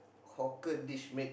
hawker dish made